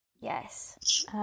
Yes